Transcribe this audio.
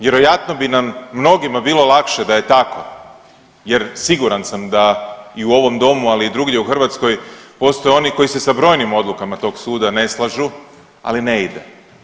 Vjerojatno bi nam mnogima bilo lakše da je tako jer siguran sam da i u ovom domu, ali i drugdje u Hrvatskoj postoje oni koji se sa brojnim odlukama tog suda ne slažu, ali ne ide.